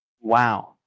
wow